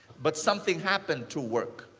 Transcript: but something happened to work.